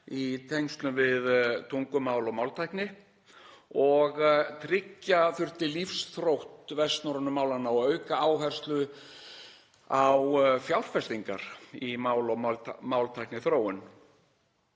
í tengslum við tungumál og máltækni. Tryggja þyrfti lífsþrótt vestnorrænu málanna og auka áherslu á fjárfestingar í máltækniþróun.